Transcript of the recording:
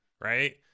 right